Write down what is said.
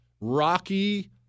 rocky